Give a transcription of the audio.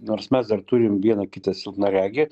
nors mes dar turim vieną kitą silpnaregį